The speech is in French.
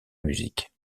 musique